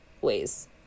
ways